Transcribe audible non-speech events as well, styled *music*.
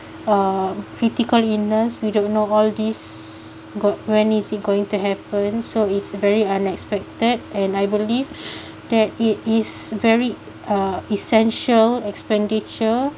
uh critical illness we don't know all these gon~ when is it going to happen so it's very unexpected and I believe *breath* that it is very uh essential expenditure